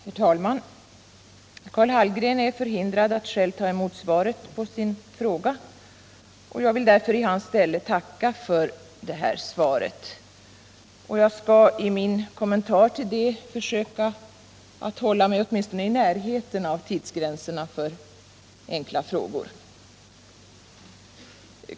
Herr talman! Karl Hallgren är förhindrad att själv ta emot svaret på sin fråga, och jag vill därför i hans ställe tacka för svaret. I min kommentar skall jag försöka att hålla mig åtminstone i närheten av tidsgränserna för enkla frågor.